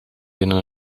binnen